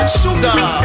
sugar